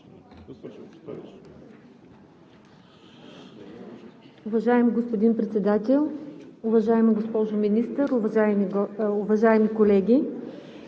Уважаеми господин Председател, уважаема госпожо Министър, уважаеми колеги!